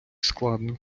складно